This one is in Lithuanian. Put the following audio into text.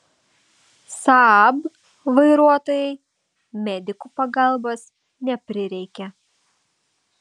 saab vairuotojai medikų pagalbos neprireikė